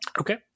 Okay